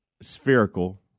spherical